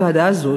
הוועדה הזאת,